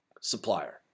supplier